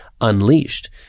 unleashed